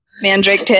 Mandrake